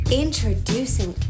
introducing